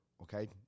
okay